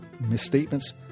misstatements